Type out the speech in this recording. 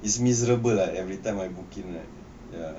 it's miserable lah everytime I'm working right ya